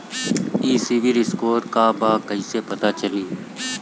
ई civil score का बा कइसे पता चली?